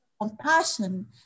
compassion